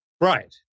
Right